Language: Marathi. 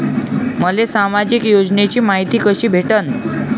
मले सामाजिक योजनेची मायती कशी भेटन?